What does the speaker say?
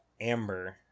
Amber